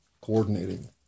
coordinating